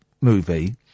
movie